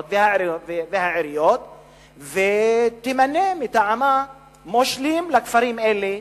והעיריות ותמנה מטעמה מושלים לכפרים אלה,